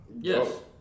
Yes